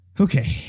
Okay